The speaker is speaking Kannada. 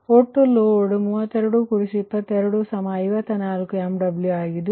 ಒಟ್ಟು ಲೋಡ್ 322254 MW ಇದಾಗಿದ್ದು